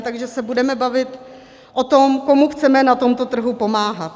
Takže se budeme bavit o tom, komu chceme na tomto trhu pomáhat.